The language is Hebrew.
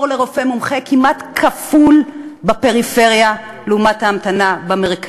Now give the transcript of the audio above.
זמן ההמתנה לתור לרופא מומחה כמעט כפול בפריפריה לעומת המרכז.